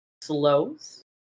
slows